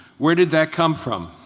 where did that come from?